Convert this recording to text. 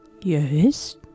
Yes